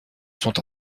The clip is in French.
sont